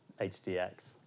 HDX